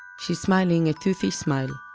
she's smiling a toothy smile,